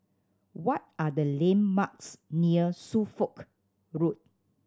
what are the landmarks near Suffolk Road